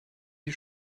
die